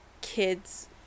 kids